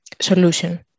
solution